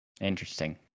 Interesting